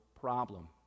problem